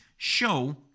show